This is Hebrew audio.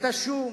השום,